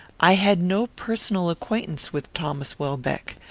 i had no personal acquaintance with thomas welbeck.